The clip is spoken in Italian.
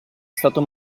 stato